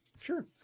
Sure